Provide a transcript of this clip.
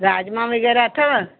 राजमा वगै़रह अथव